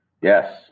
Yes